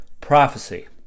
prophecy